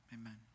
amen